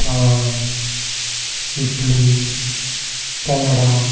France Italy Canada